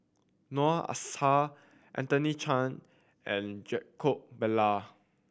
Noor Aishah Anthony Chen and Jacob Ballas